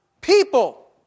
people